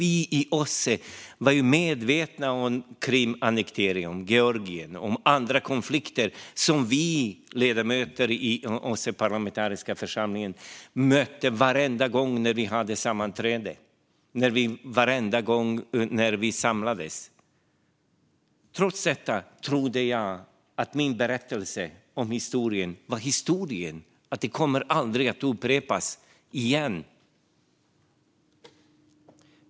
Vi i OSSE var medvetna om annekteringen av Georgien och om andra konflikter som togs upp på vartenda sammanträde och varenda gång som vi ledamöter i OSSE:s parlamentariska församling samlades. Trots detta trodde jag att min berättelse var historia och aldrig skulle upprepas igen.